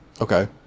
Okay